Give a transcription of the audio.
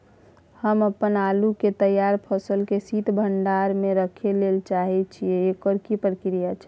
हम अपन आलू के तैयार फसल के शीत भंडार में रखै लेल चाहे छी, एकर की प्रक्रिया छै?